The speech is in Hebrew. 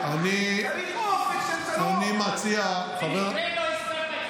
ואני מציע, צריך אופק של שלום.